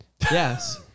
Yes